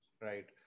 Right